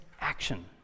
action